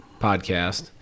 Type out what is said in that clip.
Podcast